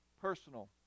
personal